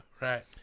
right